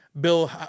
Bill